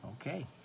Okay